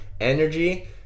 energy